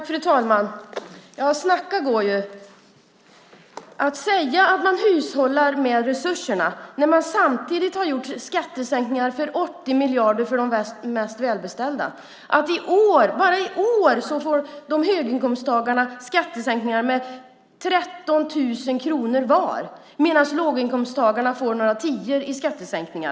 Fru talman! Snacka går ju! Att säga att man hushållar med resurserna när man samtidigt gjort skattesänkningar med 80 miljarder för de mest välbeställda är väl inte att hushålla med resurserna. Bara i år får höginkomsttagarna en skattesänkning med 13 000 kronor var medan låginkomsttagarna får några tior i skattesänkning.